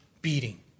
beating